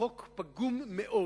החוק פגום מאוד,